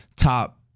Top